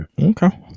Okay